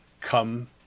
come